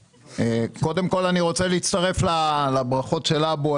קודם כל, אני רוצה להצטרף לברכות של אבו.